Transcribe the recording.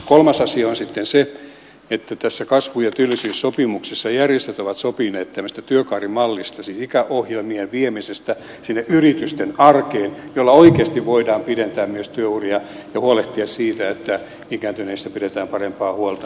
kolmas asia on sitten se että tässä kasvu ja työllisyyssopimuksessa järjestöt ovat sopineet tämmöisestä työkaarimallista siis ikäohjelmien viemisestä sinne yritysten arkeen millä oikeasti voidaan pidentää myös työuria ja huolehtia siitä että ikääntyneistä pidetään parempaa huolta